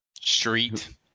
street